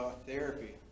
therapy